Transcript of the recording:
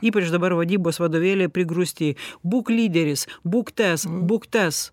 ypač dabar vadybos vadovėliai prigrūsti būk lyderis būk tas būk tas